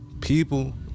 People